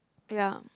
ya